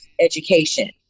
education